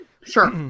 sure